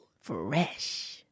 Fresh